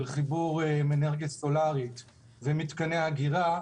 של חיבור עם אנרגיה סולרית ומתקני האגירה.